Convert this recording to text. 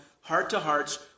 heart-to-hearts